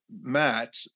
Matt